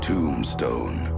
Tombstone